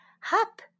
Hop